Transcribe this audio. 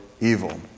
evil